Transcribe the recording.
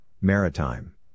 Maritime